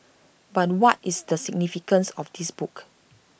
but what is the significance of this book